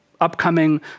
upcoming